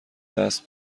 دست